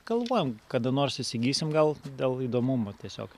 galvojam kada nors įsigysim gal dėl įdomumo tiesiog